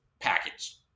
package